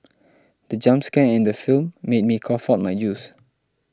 the jump scare in the film made me cough out my juice